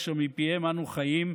אשר מפיהם אנו חיים.